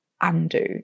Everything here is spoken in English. Undo